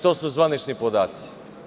To su zvanični podaci.